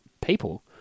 people